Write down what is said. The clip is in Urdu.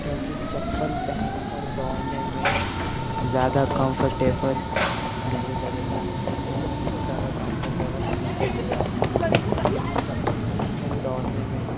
کیونکہ چپل پہن کر دوڑنے میں زیادہ کمفرٹیبل نہیں لگتا جتنا جوتا میں کمفرٹیبل فیل ہوتا ہے کیونکہ چپل پہن کر دوڑنے میں